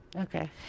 okay